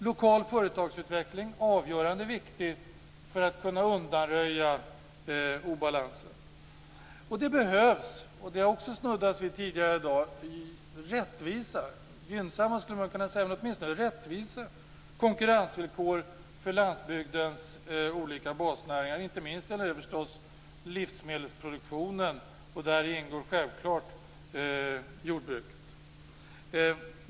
Lokal företagsutveckling är avgörande för att man skall kunna undanröja obalansen. Det har också snuddats vid tidigare att det behövs åtminstone rättvisa - man skulle kunna säga gynnsamma - konkurrensvillkor för landsbygdens olika basnäringar. Det gäller inte minst livsmedelsproduktionen, där jordbruket självfallet ingår.